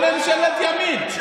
בממשלת ימין,